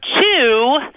two